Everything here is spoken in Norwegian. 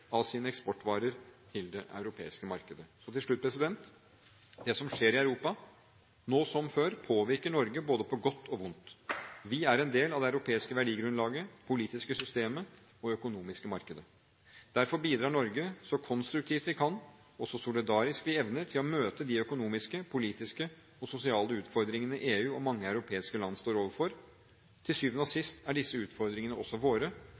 av sine eksportvarer til det europeiske markedet. Til slutt: Det som skjer i Europa – nå som før – påvirker Norge på både godt og vondt. Vi er en del av det europeiske verdigrunnlaget, det politiske systemet og det økonomiske markedet. Derfor bidrar Norge så konstruktivt vi kan, og så solidarisk vi evner, til å møte de økonomiske, politiske og sosiale utfordringene EU og mange europeiske land står overfor. Til syvende og sist er disse utfordringene også våre.